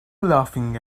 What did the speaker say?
laughing